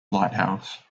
lighthouse